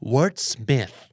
Wordsmith